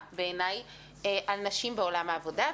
על נשים בעולם העבודה.